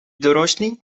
dorośli